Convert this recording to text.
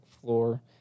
floor